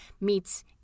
meets